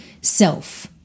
self